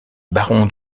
baron